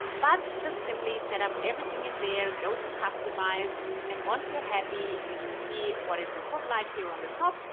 but just simply set up everything in there, go to customize and once you're happy, you can see what it would look like here on the top.